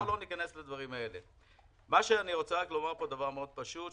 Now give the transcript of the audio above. אני רוצה לומר פה מאוד פשוט,